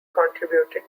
contributed